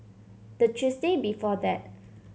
the Tuesday before that